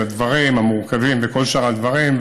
על הדברים המורכבים וכל שאר הדברים,